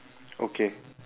okay